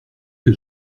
que